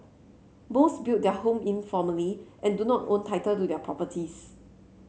most built their home informally and do not own title to their properties